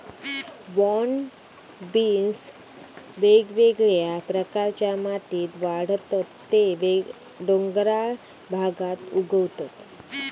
broad beans वेगवेगळ्या प्रकारच्या मातीत वाढतत ते डोंगराळ भागात उगवतत